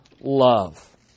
love